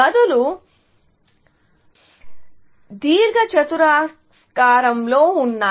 గదులు దీర్ఘచతురస్రాకారంలో ఉన్నాయి